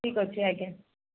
ଠିକ୍ ଅଛି ଆଜ୍ଞା